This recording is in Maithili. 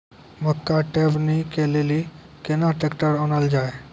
मक्का टेबनी के लेली केना ट्रैक्टर ओनल जाय?